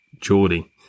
geordie